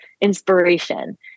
inspiration